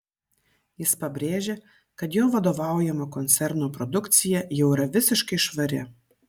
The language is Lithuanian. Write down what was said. jis pabrėžė kad jo vadovaujamo koncerno produkcija jau yra visiškai švari